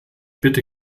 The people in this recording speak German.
bitte